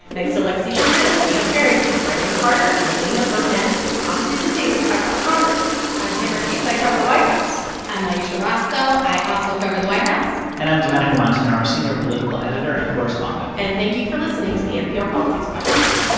thanks to lexie schapitl, dana farrington, brandon carter and elena burnett i'm susan davis. i cover congress i'm tamara keith. i cover the white house i'm ayesha rascoe. i also cover the white house and i'm domenico montanaro, senior political editor and correspondent and thank you for listening to the npr politics podcast